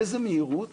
באיזו מהירות